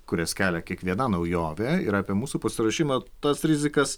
kurias kelia kiekviena naujovė ir apie mūsų pasiruošimą tas rizikas